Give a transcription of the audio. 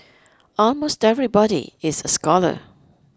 almost everybody is a scholar